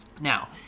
Now